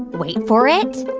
wait for it.